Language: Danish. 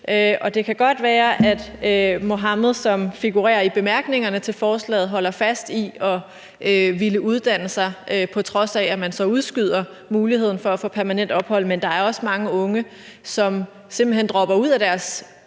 det kan godt være, at Mohamad, som figurerer i bemærkningerne til forslaget, holder fast i at ville uddanne sig, på trods af at man udskyder muligheden for at få permanent ophold, men der er også mange unge, som simpelt hen dropper ud af deres